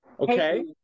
Okay